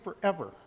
forever